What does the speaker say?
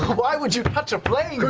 why would you touch a flame?